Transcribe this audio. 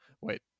Wait